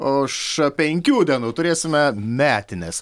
už penkių dienų turėsime metines